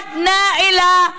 הן לא פלסטיניות, במיוחד נאילה עאיש,